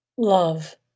love